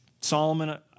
Solomon